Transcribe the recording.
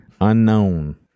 unknown